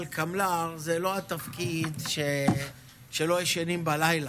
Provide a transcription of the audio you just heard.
אני מתכבד לפתוח את ישיבת הכנסת.